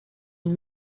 une